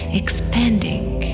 expanding